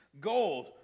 Gold